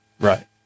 Right